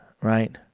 right